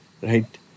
right